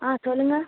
ஆ சொல்லுங்கள்